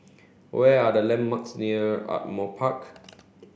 what are the landmarks near Ardmore Park